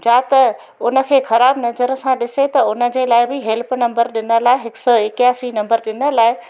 जा त हुनखे ख़राबु नज़र सां ॾिसे त हुनजे लाइ बि हेल्प नंबर ॾिनल आहे हिकु सौ एकयासी नंबर ॾिनल आहे